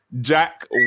Jack